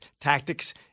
tactics